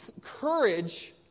courage